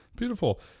Beautiful